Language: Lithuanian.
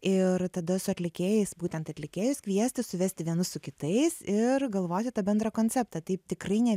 ir tada su atlikėjais būtent atlikėjus kviesti suvesti vienus su kitais ir galvoti tą bendrą konceptą taip tikrai ne